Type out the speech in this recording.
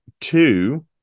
two